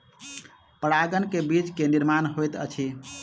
परागन में बीज के निर्माण होइत अछि